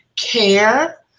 care